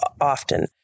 often